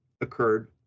occurred